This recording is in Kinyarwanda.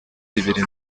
bibiri